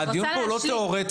הדיון כאן הוא לא תיאורטי.